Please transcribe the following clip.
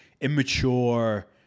immature